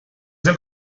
del